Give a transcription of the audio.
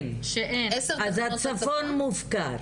אז בעצם הצפון מופקר.